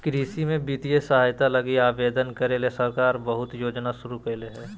कृषि में वित्तीय सहायता लगी आवेदन करे ले सरकार बहुत योजना शुरू करले हइ